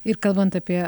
ir kalbant apie